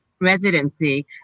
residency